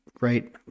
right